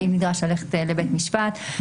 והאם נדרש ללכת לבית משפט.